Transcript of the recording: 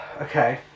Okay